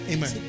Amen